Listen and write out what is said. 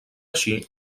així